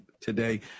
today